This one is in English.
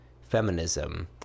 feminism